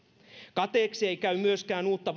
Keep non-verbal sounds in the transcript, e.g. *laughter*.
kateeksi ei käy myöskään uutta *unintelligible*